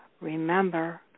Remember